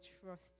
trust